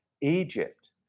Egypt